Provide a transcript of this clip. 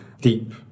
deep